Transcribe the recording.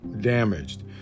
damaged